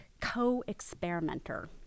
co-experimenter